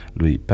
lui